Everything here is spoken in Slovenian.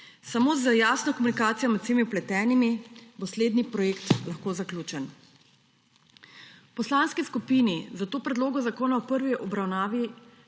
Samo z jasno komunikacijo med vsemi vpletenimi bo slednji projekt lahko zaključen. V poslanski skupini zato predlogu zakona v prvi obravnavi